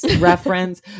reference